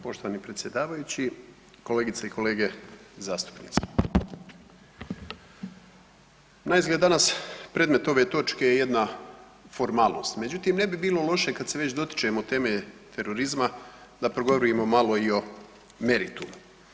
Poštovani predsjedavajući, kolegice i kolege zastupnici, naizgled danas predmet ove točke je jedna formalnost međutim ne bi bilo loše kad se već dotičemo teme terorizma da progovorimo malo i o meritumu.